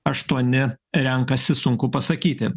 aštuoni renkasi sunku pasakyti